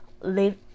live